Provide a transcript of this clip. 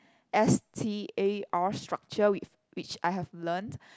S T A R structure which which I have learnt